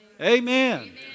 Amen